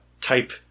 type